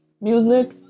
music